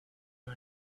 one